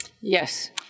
Yes